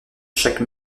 chaque